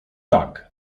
tak